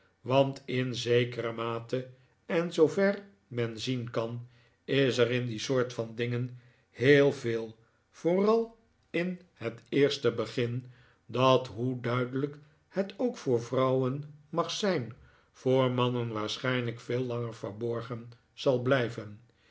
want in zekere mate en zoover men zien kan is er in die soort van dingen heel veel vooral in het eerste begin dat hoe duidelijk het ook voor vrouwen mag zijn voor mannen waarschijnlijk veel langer verb or gen zal blijven